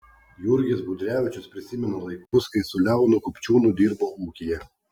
jurgis budrevičius prisimena laikus kai su leonu kupčiūnu dirbo ūkyje